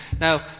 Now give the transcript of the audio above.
now